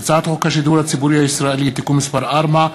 הצעת חוק השידור הציבורי הישראלי (תיקון מס' 4),